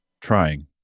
trying